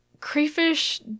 Crayfish